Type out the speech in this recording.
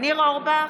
ניר אורבך,